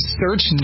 search